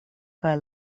kaj